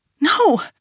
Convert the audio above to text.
No